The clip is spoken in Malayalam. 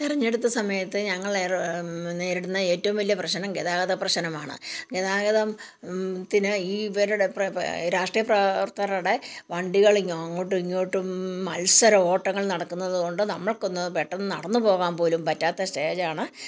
തിരഞ്ഞെടുപ്പ് സമയത്ത് ഞങ്ങൾ നേരിടുന്ന ഏറ്റവും വലിയ പ്രശ്നം ഗതാഗത പ്രശ്നമാണ് ഗതാഗതം ത്തിന് ഈ ഇവരുടെ പ്ര പ്ര രാഷ്ട്രീയ പ്രവർത്തകരുടെ വണ്ടികൾ അങ്ങോട്ടും ഇങ്ങോട്ടും മത്സര ഓട്ടങ്ങൾ നടക്കുന്നത് കൊണ്ട് നമ്മൾക്ക് ഒന്നും പെട്ടന്ന് നടന്ന് പോകാൻ പോലും പറ്റാത്ത സ്റ്റേജാണ്